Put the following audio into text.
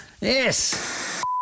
Yes